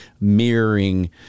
mirroring